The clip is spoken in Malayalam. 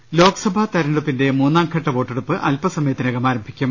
കെ സുരേഷ് ലോക്സഭാ തെരഞ്ഞെടുപ്പിന്റെ മൂന്നാംഘട്ട വോട്ടെടുപ്പ് അല്പ സമയത്തിനകം ആരംഭിക്കും